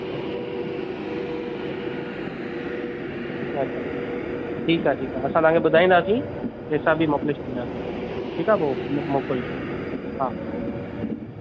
अच्छा अच्छा ठीकु आहे ठीकु आहे असां तव्हांखे ॿुधाईंदासीं पैसा बि मोकिले छॾींदासीं ठीकु आहे पोइ मोकिलिजो हा